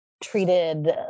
treated